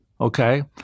Okay